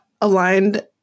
aligned